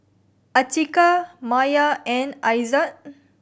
Atiqah Maya and Aizat